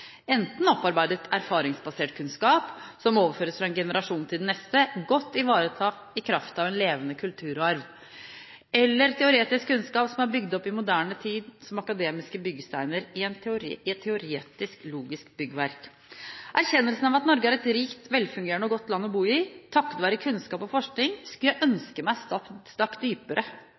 enten opparbeidet, erfaringsbasert kunnskap som overføres fra en generasjon til den neste, godt ivaretatt i kraft av en levende kulturarv, eller teoretisk kunnskap som er bygd opp i moderne tid, som akademiske byggesteiner i et teoretisk, logisk byggverk. Erkjennelsen av at Norge er et rikt, velfungerende og godt land å bo i, takket være kunnskap og forskning, skulle jeg ønske meg stakk dypere.